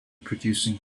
producing